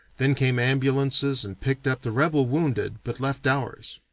then came ambulances and picked up the rebel wounded but left ours.